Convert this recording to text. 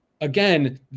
again